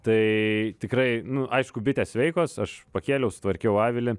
tai tikrai nu aišku bitės sveikos aš pakėliau sutvarkiau avilį